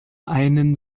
einen